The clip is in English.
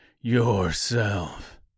yourself